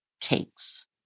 cakes